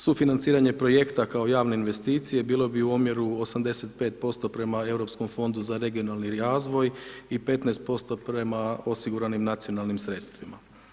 Sufinanciranje Projekta kao javne investicije bilo bi u omjeru 85% prema Europskom fondu za regionalni razvoj i 15% prema osiguranim nacionalnim sredstvima.